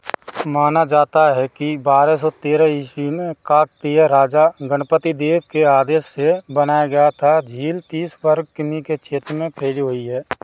माना जाता है कि बारह सौ तेरह ईस्वी में काकतीय राजा गणपतिदेव के आदेश से बनाया गया था झील तीस वर्ग किमी के क्षेत्र में फैली हुई है